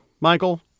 Michael